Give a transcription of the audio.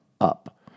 up